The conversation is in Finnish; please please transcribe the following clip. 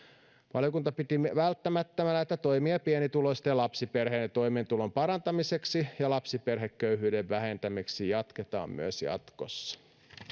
valiokunta piti välttämättömänä että toimia pienituloisten lapsiperheiden toimeentulon parantamiseksi ja lapsiperheköyhyyden vähentämiseksi jatketaan myös jatkossa